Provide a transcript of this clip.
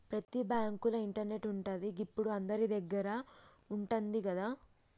ప్రతి బాంకుల ఇంటర్నెటు ఉంటది, గిప్పుడు అందరిదగ్గర ఉంటంది గదా